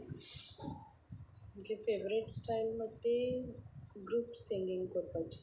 म्हजी favourite style म्हणटा ती ग्रुप सिंगींग करपाची